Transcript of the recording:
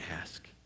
ask